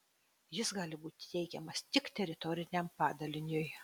jis gali būti teikiamas tik teritoriniam padaliniui